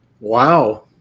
Wow